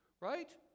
Right